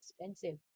Expensive